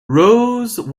rose